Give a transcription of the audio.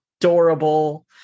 adorable